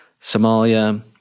Somalia